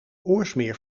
oorsmeer